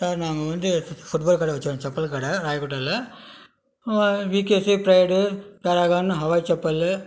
sir நாங்கள் வந்து footwear கடை வச்சுருக்கோம் செப்பல் கடை ராயப்பேட்டையில VKC Pride Dragon Hawaii chappal